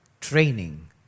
Training